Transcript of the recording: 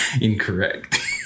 Incorrect